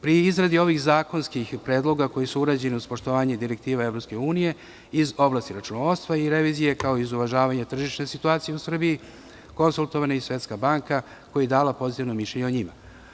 Pri izradi ovih zakonskih predloga, koji su urađeni uz poštovanje Direktive EU iz oblasti računovodstva i revizije, kao i uz uvažavanje tržišne situacije u Srbiji, konsultovana je i Svetska banka, koja je dala pozitivno mišljenje o njima.